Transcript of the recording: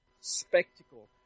spectacle